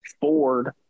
Ford